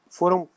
foram